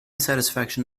satisfaction